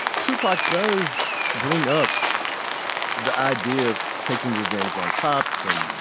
tupac does bring up the idea of taking revenge on cops and,